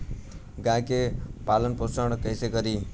गाय के पालन पोषण पोषण कैसे करी?